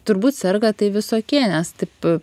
turbūt serga tai visokie nes taip